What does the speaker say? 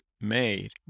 made